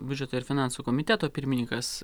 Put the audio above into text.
biudžeto ir finansų komiteto pirmininkas